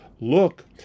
Look